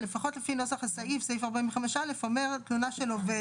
לפחות לפי נוסח סעיף 45: "תלונה של עובד